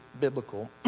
biblical